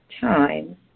time